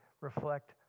reflect